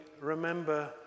remember